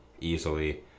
easily